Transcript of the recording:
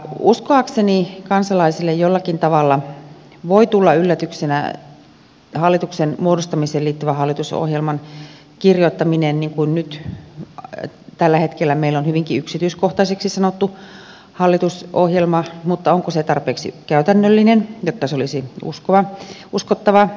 uskoakseni kansalaisille jollakin tavalla voi tulla yllätyksenä hallituksen muodostamiseen liittyvä hallitusohjelman kirjoittaminen niin kuin nyt tällä hetkellä meillä on hyvinkin yksityiskohtaiseksi sanottu hallitusohjelma mutta onko se tarpeeksi käytännöllinen jotta se olisi uskottava